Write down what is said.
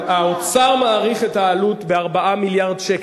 האוצר מעריך את העלות ב-4 מיליארד שקל.